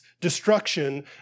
destruction